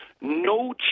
no